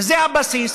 וזה הבסיס.